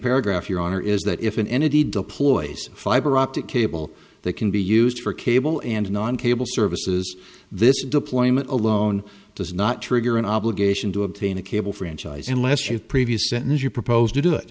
paragraph your honor is that if an entity deploys fiberoptic cable they can be used for cable and non cable services this deployment alone does not trigger an obligation to obtain a cable franchise unless you've previous sentence you proposed to do it